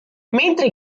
mentre